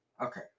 Okay